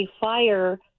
Fire